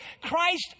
Christ